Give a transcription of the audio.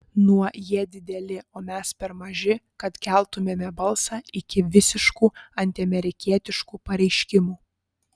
nuo jie dideli o mes per maži kad keltumėme balsą iki visiškų antiamerikietiškų pareiškimų